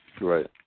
Right